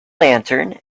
lantern